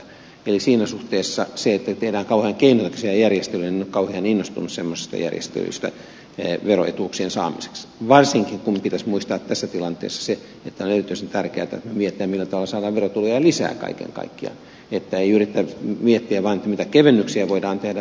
eli siinä suhteessa siitä että tehdään kauhean keinotekoisia järjestelyjä veroetuuksien saamiseksi en ole erityisen innostunut varsinkin kun pitäisi muistaa tässä tilanteessa se että on erityisen tärkeätä miettiä millä tavalla saadaan verotuloja lisää kaiken kaikkiaan ei vain yrittää miettiä mitä kevennyksiä voidaan tehdä vaan sitä veropohjaa pitäisi laajentaa